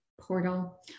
Portal